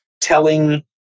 telling